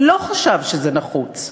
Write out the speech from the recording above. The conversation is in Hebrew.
לא חשב שזה נחוץ,